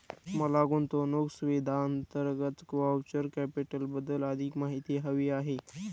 मला गुंतवणूक सुविधांअंतर्गत व्हेंचर कॅपिटलबद्दल अधिक माहिती हवी आहे